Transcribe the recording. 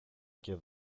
και